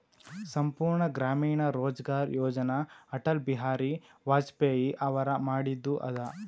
ಸಂಪೂರ್ಣ ಗ್ರಾಮೀಣ ರೋಜ್ಗಾರ್ ಯೋಜನ ಅಟಲ್ ಬಿಹಾರಿ ವಾಜಪೇಯಿ ಅವರು ಮಾಡಿದು ಅದ